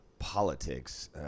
politics